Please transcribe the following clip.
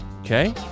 Okay